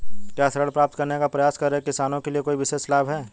क्या ऋण प्राप्त करने का प्रयास कर रहे किसानों के लिए कोई विशेष लाभ हैं?